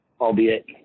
albeit